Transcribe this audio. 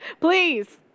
please